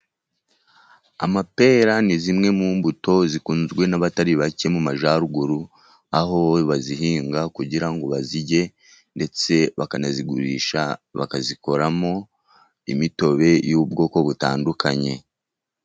Amapera ni zimwe mu mbuto zikunzwe n'abatari bake mu majyaruguru, aho bazihinga kugira ngo bazirye, ndetse bakanazigurisha, bakazikoramo imitobe y'ubwoko butandukanye.